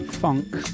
Funk